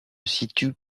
situent